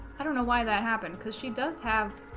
i don't know why that happened because she does have